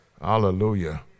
Hallelujah